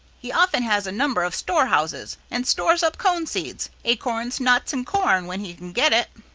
he often has a number of store-houses and stores up cone seeds, acorns, nuts, and corn when he can get it.